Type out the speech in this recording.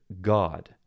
God